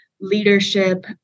leadership